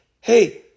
hey